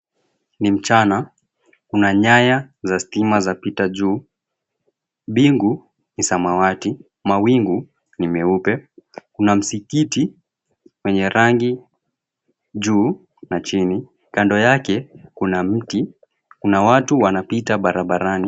Ni mchana kuna nyaya za stima zapita juu, mbingu ni samawati, mawingu ni meupe, kuna msikiti wenye rangi juu na chini kando yake kuna miti kuna watu wanapita barabarani.